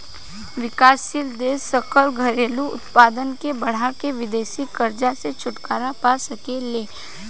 विकासशील देश सकल घरेलू उत्पाद के बढ़ा के विदेशी कर्जा से छुटकारा पा सके ले